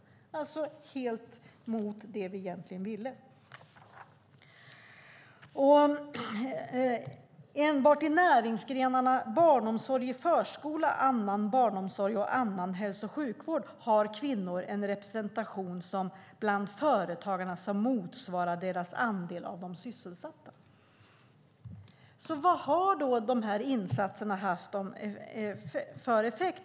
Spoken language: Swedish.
Det går alltså helt emot det vi egentligen ville. Enbart i näringsgrenarna barnomsorg i förskola, annan barnomsorg och annan hälso och sjukvård har kvinnor en representation bland företagarna som motsvarar deras andel av de sysselsatta. Vad har de här insatserna haft för effekt?